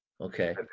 Okay